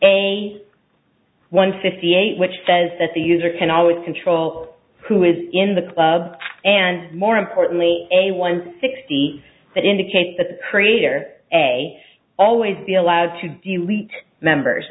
a one fifty eight which says that the user can always control who is in the club and more importantly a one sixty that indicates the creator a always be allowed to do lead members